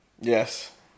Yes